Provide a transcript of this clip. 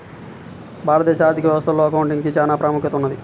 భారతదేశ ఆర్ధిక వ్యవస్థలో అకౌంటింగ్ కి చానా ప్రాముఖ్యత ఉన్నది